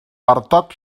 bartók